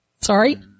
Sorry